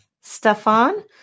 Stefan